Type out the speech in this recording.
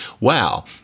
wow